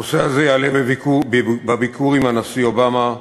הנושא הזה יעלה בביקור עם הנשיא אובמה,